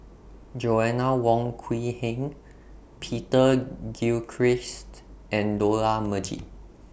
Joanna Wong Quee Heng Peter Gilchrist and Dollah Majid